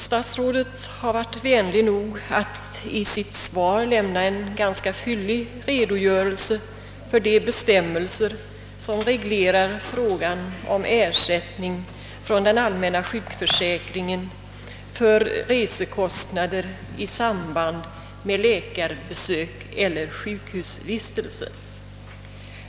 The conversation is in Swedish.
Statsrådet har varit vänlig nog att i sitt svar lämna en ganska fyllig redogörelse för de bestämmelser som reglerar frågan om ersättning från den allmänna sjukförsäkringen för resekostnader i samband med läkarbesök eller sjukhusvistelse.